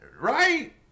Right